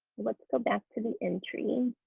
let's go back to the entry